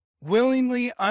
willingly